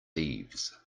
thieves